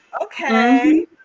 Okay